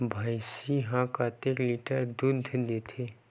भंइसी हा कतका लीटर दूध देथे?